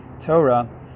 Torah